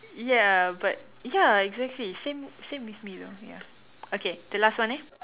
ya but ya exactly same same with me you know ya okay the last one eh